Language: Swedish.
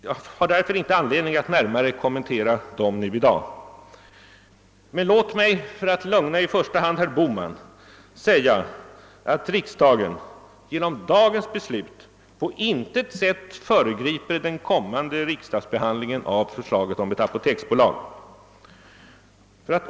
Jag finner därför inte anledning alt närmare kommentera dem i dag. Låt mig emellertid — för att lugna i första hand herr Bohman — säga att riksdagen genom dagens beslut på intet sätt föregriper den kommande riksdagsbehandlingen av förslaget om apoteksbolaget.